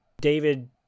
David